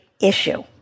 issue